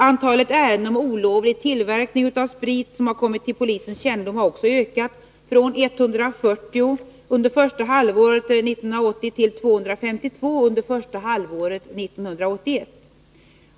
Antalet ärenden om olovlig tillverkning av sprit som har kommit till polisens kännedom har också ökat från 140 under första halvåret 1980 till 252 under första halvåret 1981.